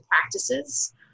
practices